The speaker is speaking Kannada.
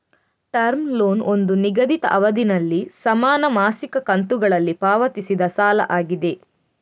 ಟರ್ಮ್ ಲೋನ್ ಒಂದು ನಿಗದಿತ ಅವಧಿನಲ್ಲಿ ಸಮಾನ ಮಾಸಿಕ ಕಂತುಗಳಲ್ಲಿ ಪಾವತಿಸಿದ ಸಾಲ ಆಗಿದೆ